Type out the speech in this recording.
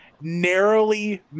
narrowly